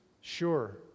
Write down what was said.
sure